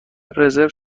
رزرو